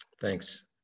Thanks